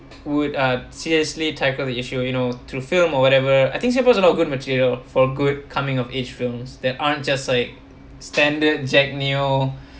would uh seriously tackle the issue you know through film or whatever I think singapore is a lot of good material for good coming of age films that aren't just like standard jack neo